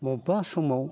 मबेबा समाव